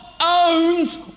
owns